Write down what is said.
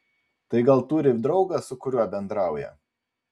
tai gal turi draugą su kuriuo bendrauja